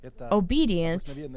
obedience